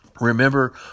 Remember